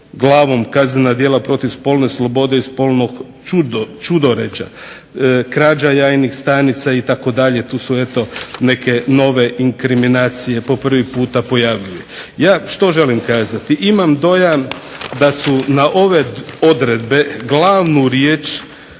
glavom Kaznena djela protiv spolne slobode i spolnog ćudoređa. Krađa jajnih stanica itd., tu su eto neke nove inkriminacije po prvi puta pojavljuju. Ja što želim kazati, imam dojam da su na ove odredbe glavnu riječ